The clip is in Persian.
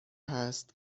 هست